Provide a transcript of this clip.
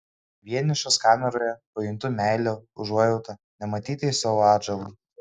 vienišas kameroje pajuntu meilią užuojautą nematytai savo atžalai